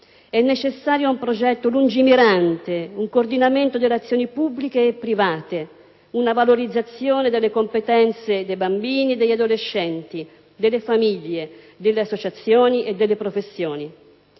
È necessario un progetto lungimirante, un coordinamento delle azioni pubbliche e private, una valorizzazione delle competenze dei bambini e degli adolescenti, delle famiglie, delle associazioni e delle professioni.